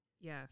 Yes